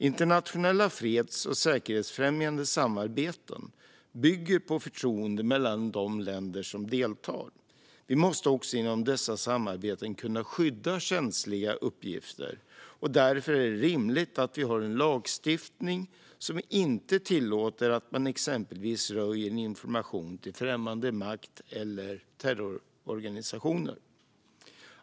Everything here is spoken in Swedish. Internationella freds och säkerhetsfrämjande samarbeten bygger på förtroende mellan de länder som deltar. Vi måste också inom dessa samarbeten kunna skydda känsliga uppgifter. Därför är det rimligt att vi har en lagstiftning som inte tillåter att man exempelvis röjer en information till främmande makt eller terrororganisationer.